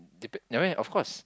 depend I mean of course